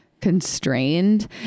constrained